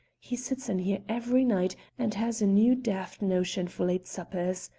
he sits in here every night, and has a new daft notion for late suppers.